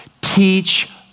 Teach